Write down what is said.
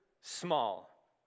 small